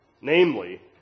Namely